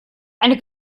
eine